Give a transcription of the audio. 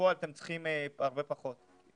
כשבפועל אתם צריכים הרבה פחות.